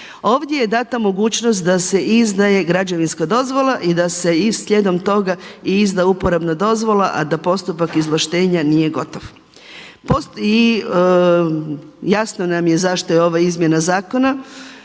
Ovdje je dana mogućnost da se izdaje građevinska dozvola i da se slijedom toga izda i uporabna dozvola, a da postupak izvlaštenja nije gotov i jasno nam je zašto je ova izmjena zakona.